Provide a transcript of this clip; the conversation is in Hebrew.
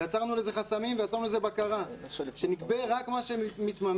יצרנו לזה חסמים ‏ובקרה כדי שנגבה רק מה שמתממש.